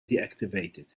deactivated